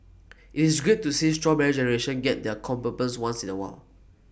IT is great to see Strawberry Generation get their comeuppance once in A while